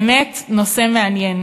באמת נושא מעניין.